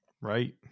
Right